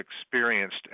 experienced